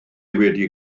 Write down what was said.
wedi